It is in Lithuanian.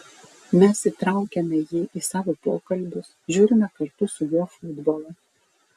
mes įtraukiame jį į savo pokalbius žiūrime kartu su juo futbolą